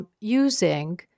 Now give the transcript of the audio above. using